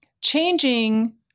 changing